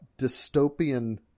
dystopian